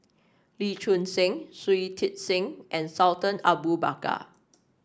Lee Choon Seng Shui Tit Sing and Sultan Abu Bakar